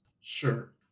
Sure